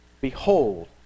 behold